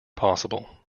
possible